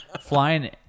Flying